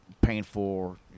painful